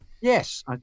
Yes